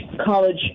college